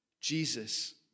Jesus